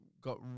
got